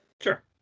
sure